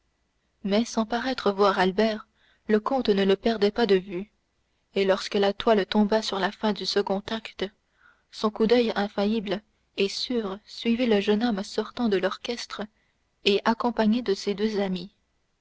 mais sans paraître voir albert le comte ne le perdait pas de vue et lorsque la toile tomba sur la fin du second acte son coup d'oeil infaillible et sûr suivit le jeune homme sortant de l'orchestre et accompagné de ses deux amis